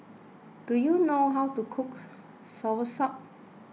do you know how to cook Soursop